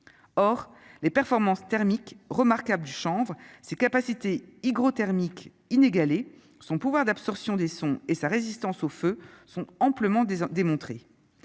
or les performances thermiques remarquable chanvre ses capacités hydro-thermique inégalée, son pouvoir d'absorption des sons et sa résistance au feu sont amplement démontré